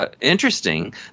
interesting